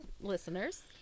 listeners